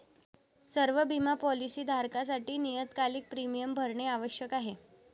सर्व बिमा पॉलीसी धारकांसाठी नियतकालिक प्रीमियम भरणे आवश्यक आहे